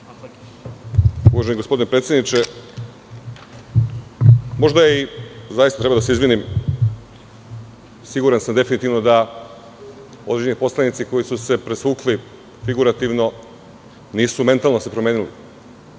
Gospodine predsedniče, možda zaista treba da se izvinim. Siguran sam definitivno da određeni poslanici, koji su se presvukli figurativno, nisu se mentalno promenili.